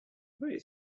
very